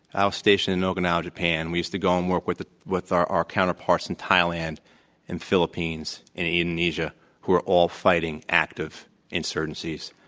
ah stationed in okinawa, japan. we used to go and work with ah with our our counterparts in thailand and philippines and indonesia who are all fighting active insurgencies.